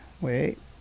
wait